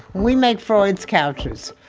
we made freud's couches,